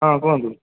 ହଁ କୁହନ୍ତୁ